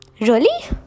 Really